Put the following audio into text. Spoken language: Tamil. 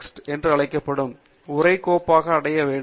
text என்று அழைக்கப்படும் உரை கோப்பாக அடைய வேண்டும்